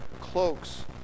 cloaks